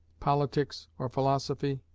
politics, or philosophy,